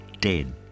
dead